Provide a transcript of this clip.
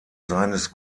seines